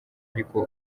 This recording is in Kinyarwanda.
ariko